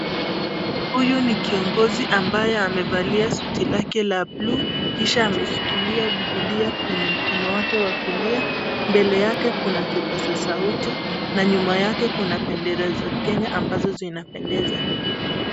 Huyu ni kiongozi ambaye amevalia suti lake la buluu, kisha ameshikilia bibilia kwenye mkono wake wa kulia, mbele yake kuna kipaza sauti na nyuma yake kuna bendera za Kenya ambazo zinapendeza.